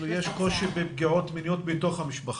זאת אומרת יש קושי בפגיעות מיניות בתוך המשפחה,